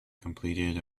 completed